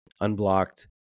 unblocked